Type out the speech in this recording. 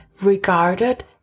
regarded